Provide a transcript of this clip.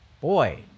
Boy